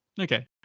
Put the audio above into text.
Okay